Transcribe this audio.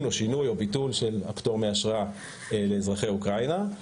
או שינוי או ביטול של הפטור מאשרה לאזרחי אוקראינה,